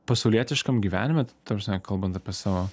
pasaulietiškam gyvenime ta prasme kalban apie savo